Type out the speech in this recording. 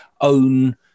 own